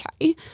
okay